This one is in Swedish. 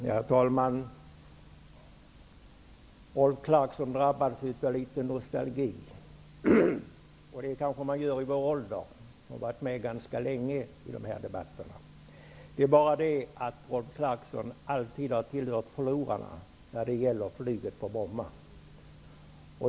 Herr talman! Rolf Clarkson drabbades av litet nostalgi. Det kanske man gör i vår ålder, när man har varit med i dessa debatter ganska länge. Det är bara det att Rolf Clarkson alltid har tillhört förlorarna när det gäller flyget på Bromma.